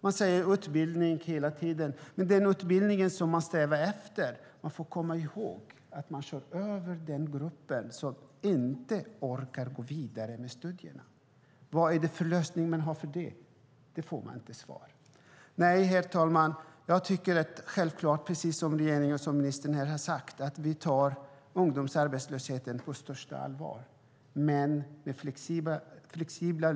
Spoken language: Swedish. Man pratar hela tiden om utbildning, men med den utbildning som man strävar efter kör man över den grupp som inte orkar gå vidare med studierna. Vilken lösning har man för det? Det får vi inte svar på. Herr talman! Jag tycker, precis som ministern har sagt här, att vi tar ungdomsarbetslösheten på största allvar. Vi har flexibla lösningar.